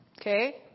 okay